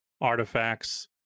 artifacts